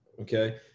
Okay